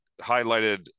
highlighted